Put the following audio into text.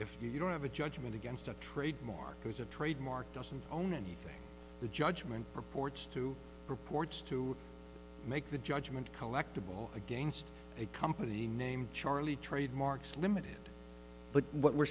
if you don't have a judgment against a trademark or as a trademark doesn't own anything the judgment purports to reports to make the judgment collectible against a company named charlie trademarks limited but what we're